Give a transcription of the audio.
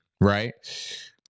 right